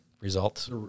results